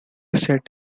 set